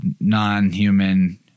non-human